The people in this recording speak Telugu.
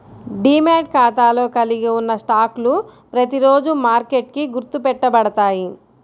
డీమ్యాట్ ఖాతాలో కలిగి ఉన్న స్టాక్లు ప్రతిరోజూ మార్కెట్కి గుర్తు పెట్టబడతాయి